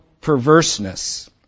perverseness